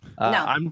No